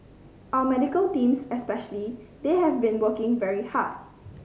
our medical teams especially they have been working very hard